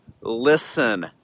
listen